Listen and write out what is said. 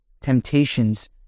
temptations